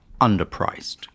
underpriced